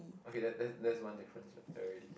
okay that's that's that's one difference already